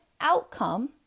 outcome